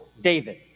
David